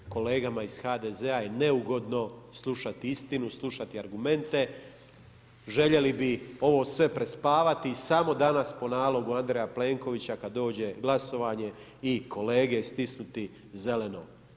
Kolegama iz HDZ-a je neugodno slušati istinu, slušati argumente, željeli bi ovo sve prespavati i samo danas po nalogu Andreja Plenkovića kad dođe glasovanje i kolege stisnuti zeleno.